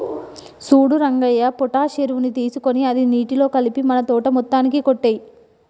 సూడు రంగయ్య పొటాష్ ఎరువుని తీసుకొని అది నీటిలో కలిపి మన తోట మొత్తానికి కొట్టేయి